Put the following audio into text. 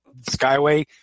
Skyway